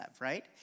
right